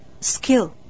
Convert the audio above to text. skill